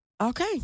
Okay